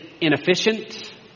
inefficient